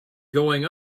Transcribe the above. going